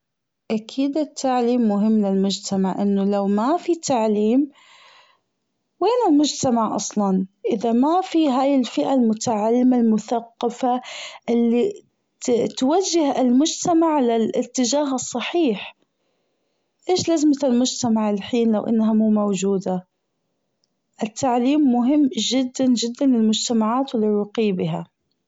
أكيد التعليم مهم للمجتمع لأنه لو مافي تعليم وين المجتمع أصلا أذا مافي هي الفئة المتعلمة المثقفة اللي ت- توجه المجتمع للأتجاه الصحيح أيش لازمة المجتمع الحين لو أنها مو موجودة التعليم مهم جدا جدا للمجتمعات وللرقي بها.